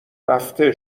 رفته